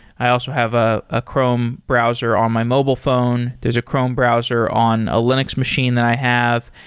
i also have ah a chrome browser on my mobile phone. there's a chrome browser on a linux machine that i have.